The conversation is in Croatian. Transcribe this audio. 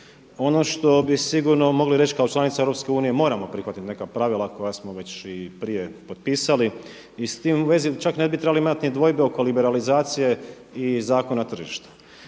Ono što bi sigurno mogli reći kao članica EU moramo prihvatiti neka pravila koja smo već i prije potpisali. I s tim u vezi čak ne bi trebali imati dvojbe oko liberalizacije i zakona tržišta.